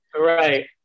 right